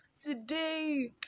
today